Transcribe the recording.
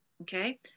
Okay